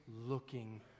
looking